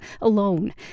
alone